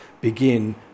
begin